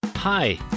Hi